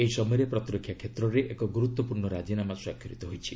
ଏହି ସମୟରେ ପ୍ରତିରକ୍ଷା କ୍ଷେତ୍ରରେ ଏକ ଗୁରୁତ୍ୱପୂର୍ଣ୍ଣ ରାଜିନାମା ସ୍ୱାକ୍ଷରିତ ହୋଇଛି